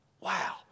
Wow